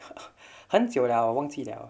很久了我忘记了